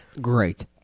Great